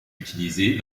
utilisée